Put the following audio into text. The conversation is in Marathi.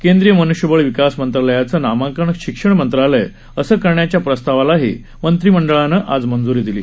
केंद्रीय मनृष्यबळ विकास मंत्र्यालयांचं नामांकन शिक्षण मंत्रालय अंस करण्याच्या प्रस्तावालाही मंत्रीमंडळानं मंजूरी दिली